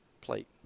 plate